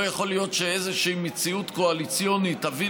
לא יכול להיות שאיזושהי מציאות קואליציונית תביא